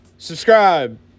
Subscribe